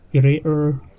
greater